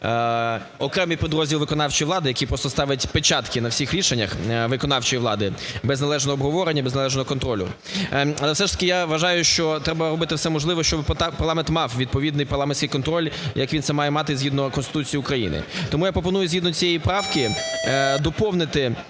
окремий підрозділ виконавчої влади, який просто ставить печатки на всіх рішеннях виконавчої влади без належного обговорення, без належного контролю. Але все ж таки, я вважаю, що треба робити все можливе, щоб парламент мав відповідний парламентський контроль як він це має мати згідно Конституції України. Тому я пропоную згідно цієї правки доповнити